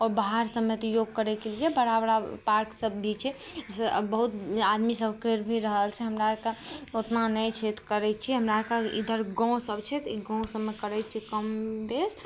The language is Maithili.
आओर बाहर सभमे तऽ योग करैके लिए बड़ा बड़ा पार्क सभ भी छै बहुत आदमी सभ कैर भी रहल छै हमरा आरके ओतना नहि छै तऽ करै छियै हमरा आरके इधर गाँव सभ छै तऽ ई गाँव सभमे करै छियै कम बेस